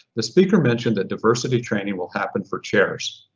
the speaker mentioned that diversity training will happen for chairs.